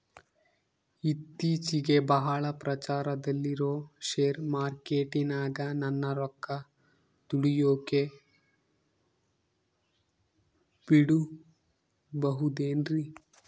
ಇತ್ತೇಚಿಗೆ ಬಹಳ ಪ್ರಚಾರದಲ್ಲಿರೋ ಶೇರ್ ಮಾರ್ಕೇಟಿನಾಗ ನನ್ನ ರೊಕ್ಕ ದುಡಿಯೋಕೆ ಬಿಡುಬಹುದೇನ್ರಿ?